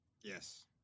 yes